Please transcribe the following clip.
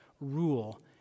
rule